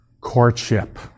courtship